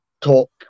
talk